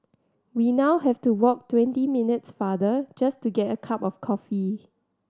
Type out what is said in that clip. we now have to walk twenty minutes farther just to get a cup of coffee